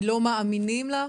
כי לא מאמינים לך?